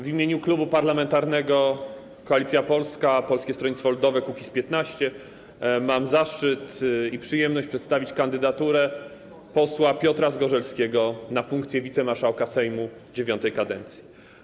W imieniu Klubu Parlamentarnego Koalicja Polska - Polskie Stronnictwo Ludowe - Kukiz’15 mam zaszczyt i przyjemność przedstawić kandydaturę posła Piotra Zgorzelskiego na funkcję wicemarszałka Sejmu IX kadencji.